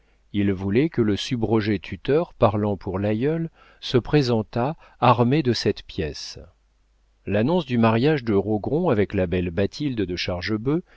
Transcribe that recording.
il voulait que le subrogé-tuteur parlant pour l'aïeule se présentât armé de cette pièce l'annonce du mariage de rogron avec la belle bathilde de chargebœuf